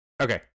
Okay